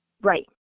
Right